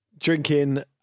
drinking